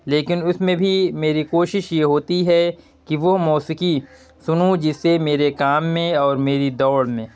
لیکن اس میں بھی میری کوشش یہ ہوتی ہے کہ وہ موسیقی سنوں جس سے میرے کام میں اور میری دوڑ میں